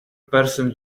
person